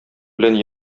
белән